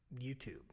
YouTube